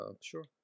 Sure